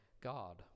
God